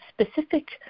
specific